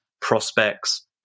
prospects